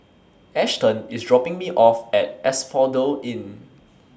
Ashton IS dropping Me off At Asphodel Inn